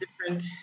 different